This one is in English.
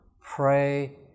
Pray